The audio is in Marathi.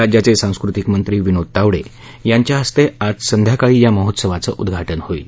राज्याचे सांस्कृतिक मंत्री विनोद तावडे यांच्या हस्ते आज संध्याकाळी या महोत्सवाचं उद्घाटन होईल